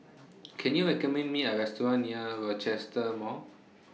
Can YOU recommend Me A Restaurant near Rochester Mall